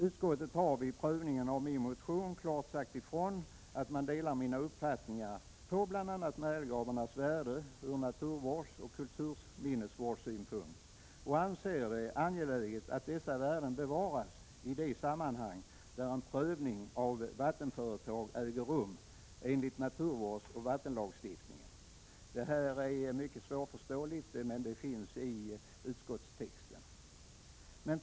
Utskottet har vid prövningen av min motion klart sagt ifrån att man delar mina uppfattningar om bl.a. märgelgravarnas värde från naturvårdsoch kulturminnessynpunkt och anser det angeläget ”att dessa värden beaktas i de sammanhang där en prövning av vattenföretag äger rum enligt naturvårdsoch vattenlagstiftningen.” Detta är mycket svårförståeligt men finns i utskottstexten.